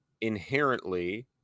inherently